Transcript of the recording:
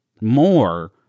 more